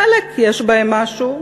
חלק יש בהם משהו,